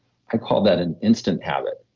i call that an instant habit,